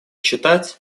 считать